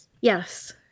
Yes